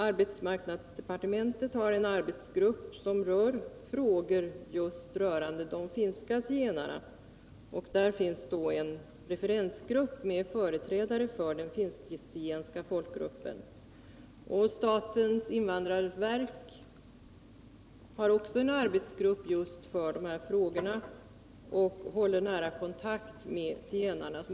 Arbetsmarknadsdepartementet har en arbetsgrupp som sysslar just med frågor som rör de finska zigenarna. Till arbetsgruppen hör en referensgrupp med företrädare för den finsk-zigenska folkgruppen. Statens invandrarverk har också en arbetsgrupp för just dessa frågor, som håller nära kontakt med zigenarna.